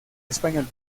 español